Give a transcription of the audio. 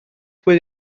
fue